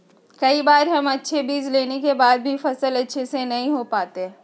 कई बार हम अच्छे बीज लेने के बाद भी फसल अच्छे से नहीं हो पाते हैं?